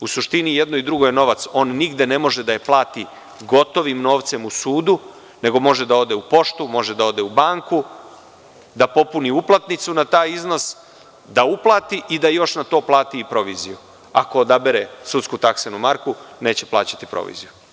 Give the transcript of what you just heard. U suštini, i jedno i drugo je novac i on nigde ne može da je plati gotovim novcem u sudu, nego može da ode u poštu, u banku, da popuni uplatnicu na taj iznos, da uplati i da još na to plati proviziju, ako odabere sudsku taksenu marku, neće plaćati proviziju.